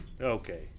Okay